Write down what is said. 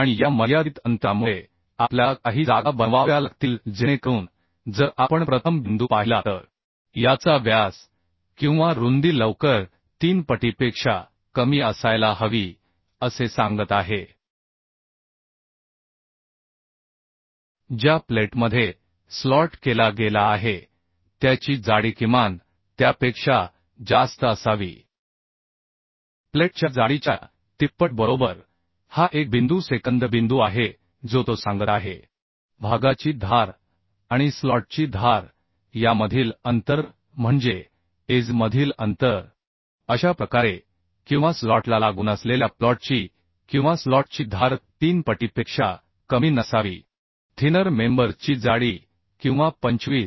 आणि या मर्यादित अंतरामुळे आपल्याला काही जागा बनवाव्या लागतील जेणेकरून जर आपण प्रथम बिंदू पाहिला तर याचा व्यास किंवा रुंदी लवकर तीन पटीपेक्षा कमी असायला हवी असे सांगत आहे ज्या प्लेटमध्ये स्लॉट केला गेला आहे त्याची जाडी किमान त्यापेक्षा जास्त असावी प्लेटच्या जाडीच्या तिप्पट बरोबर हा एक बिंदू सेकंद बिंदू आहे जो तो सांगत आहे भागाची धार आणि स्लॉटची धार यामधील अंतर म्हणजे एज मधील अंतर अशा प्रकारे किंवा स्लॉटला लागून असलेल्या प्लॉटची किंवा स्लॉटची धार थिनर मेंबर च्या जाडीच्या तीन पटीपेक्षा कमी नसावी किंवा 25